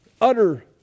utter